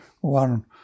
one